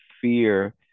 fear